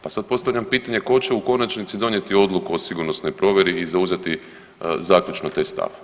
Pa sad postavljam pitanje tko će u konačnici donijeti odluku o sigurnosnoj provjeri i zauzeti zaključno taj stav.